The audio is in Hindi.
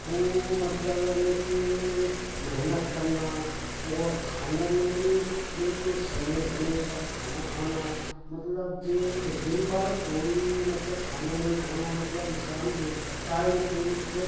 ख़ूब मतलब यानी कि मेहनत करना और खाने में भी बिल्कुल समय समय पर खाना खाना मतलब जे दिन भर कोई मतलब खाना नहीं खाना मतलब शाम टाइम टेबिल से